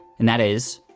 and that is